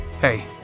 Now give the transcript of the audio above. Hey